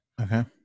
Okay